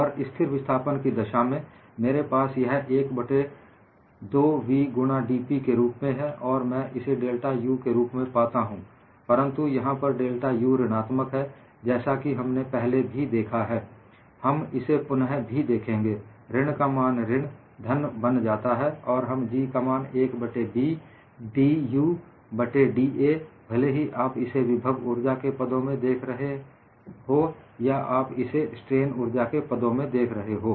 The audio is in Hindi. और स्थिर विस्थापन की दशा में मेरे पास यह 1 बट्टे 2 v गुणा dPके रूप में है और मैं इसे डेल्टा U के रूप में पाता हूं परंतु यहां पर डेल्टा U ऋणात्मक है जैसा कि हमने पहले भी देखा है हम इसे भी पुनः देखेंगे ऋण का ऋण धन बन जाता है और हम G का मान 1 बट्टे B dU बट्टे da भले ही आप इसे विभव ऊर्जा के पदों में देख रहे हो या आप इसे स्ट्रेन ऊर्जा के पदों में देख रहे हो